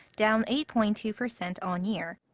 down eight point two percent on-year.